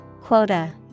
Quota